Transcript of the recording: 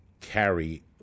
carry